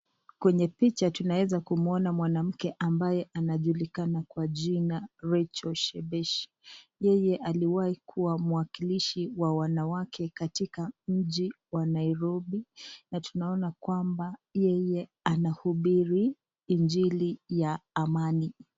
Kwenye picha tunaeza kumuona mwanamke ambaye anajulikana kwa jina Rachael Shebesh. Yeye aliwai kua mwakilishi wa wanawake katika mji wa Nairobi na tunaona kwamba yeye anahubiri injili ya amani